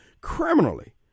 criminally